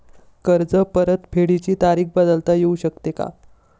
कर्ज परतफेडीची तारीख बदलता येऊ शकते का?